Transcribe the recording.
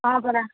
ହଁ ପରା